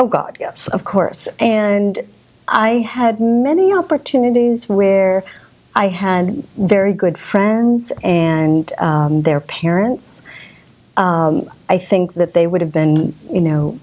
oh god yes of course and i had many opportunities where i had very good friends and their parents i think that they would have been you know